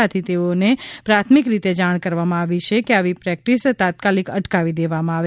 આથી તેઓને પ્રાથમિક રીતે જાણ કરવામાં આવી છે કે આવી પ્રેકટીસ તાત્કાલીક અટકાવી દેવામાં આવે